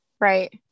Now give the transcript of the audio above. Right